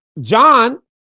John